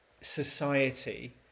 society